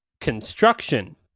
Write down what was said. construction